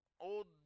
old